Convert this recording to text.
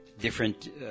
different